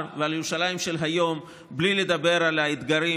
ועל ירושלים של היום בלי לדבר על האתגרים,